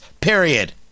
Period